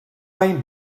wayne